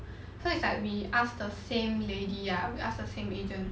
so it's like we ask the same lady lah we ask the same agent